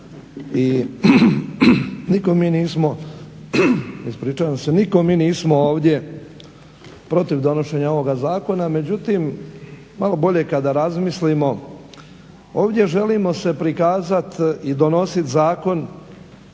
niko mi nismo ovdje protiv donošenja ovoga zakona. Međutim, malo bolje kada razmislimo, ovdje želimo se prikazat i donosit zakon.